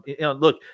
Look